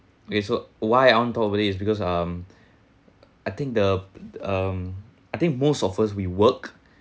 okay so why I want talk with it is because um I think the um I think most of us we work